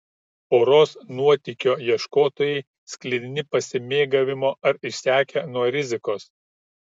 poros nuotykio ieškotojai sklidini pasimėgavimo ar išsekę nuo rizikos